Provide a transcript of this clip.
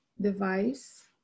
device